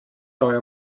euer